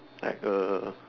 like uh